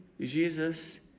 Jesus